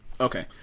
okay